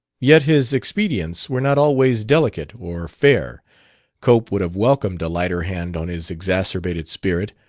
yet his expedients were not always delicate or fair cope would have welcomed a lighter hand on his exacerbated spirit,